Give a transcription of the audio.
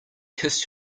kissed